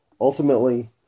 Ultimately